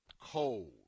cold